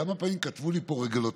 כמה פעמים כתבו לי פה "רגולטוריים",